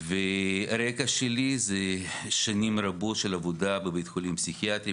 הרקע שלי הוא שנים רבות של עבודה בבית חולים פסיכיאטרי,